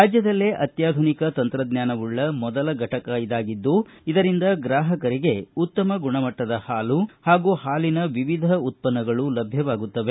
ರಾಜ್ಕದಲ್ಲೇ ಅತ್ಕಾಧುನಿಕ ತಂತ್ರಜ್ಞಾನವುಳ್ಳ ಮೊದಲನೇ ಘಟಕ ಇದಾಗಿದ್ದು ಇದರಿಂದ ಗ್ರಾಪಕರಿಗೆ ಉತ್ತಮ ಗುಣಮಟ್ಟದ ಪಾಲು ಪಾಗೂ ಪಾಲಿನ ವಿವಿಧ ಉತ್ತನ್ನಗಳು ಲಭ್ಯವಾಗುತ್ತವೆ